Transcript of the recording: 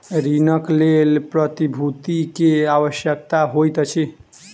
ऋणक लेल प्रतिभूति के आवश्यकता होइत अछि